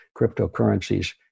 cryptocurrencies